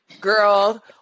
Girl